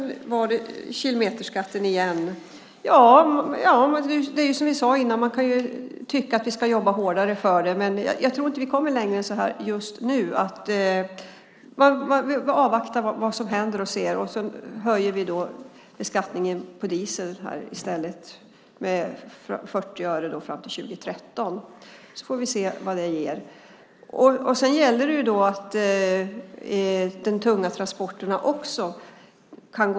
Beträffande kilometerskatten kan man, som jag sade, tycka att vi ska jobba hårdare för det, men jag tror inte att vi kommer längre än så här just nu. Vi avvaktar vad som händer, och så höjer vi skatten på diesel här i stället med 40 öre fram till 2013. Vi får se vad det ger. Det gäller att få med de tunga transporterna.